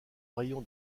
rayon